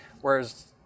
whereas